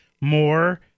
more